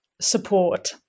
support